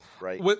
Right